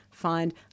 find